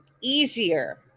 easier